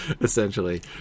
essentially